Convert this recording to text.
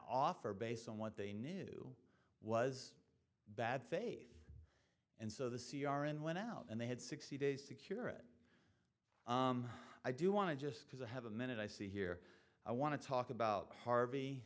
offer based on what they knew was bad faith and so the c r and went out and they had sixty days to cure it i do want to just because i have a minute i see here i want to talk about